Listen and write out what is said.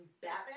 Batman